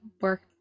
work